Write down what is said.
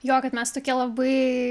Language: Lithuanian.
jo kad mes tokie labai